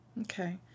Okay